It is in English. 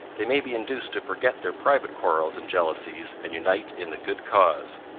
they may be induced to forget their private quarrels and jealousies, and unite in the good cause.